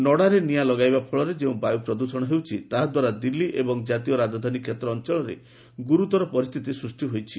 ନଡ଼ାରେ ନିଆଁ ଲଗାଇବା ଫଳରେ ଯେଉଁ ବାୟୁ ପ୍ରଦୃଷଣ ହେଉଛି ତଦ୍ୱାରା ଦିଲ୍ଲୀ ଏବଂ ଜାତୀୟ ରାଜଧାନୀ କ୍ଷେତ୍ର ଅଞ୍ଚଳରେ ଗୁରୁତର ପରିସ୍ଥିତି ସୂଷ୍ଟି ହୋଇଛି